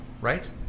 right